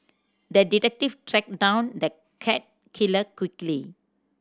the detective tracked down the cat killer quickly